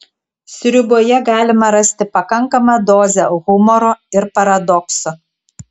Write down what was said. sriuboje galima rasti pakankamą dozę humoro ir paradokso